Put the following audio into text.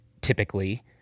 typically